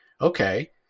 okay